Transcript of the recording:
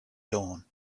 dawn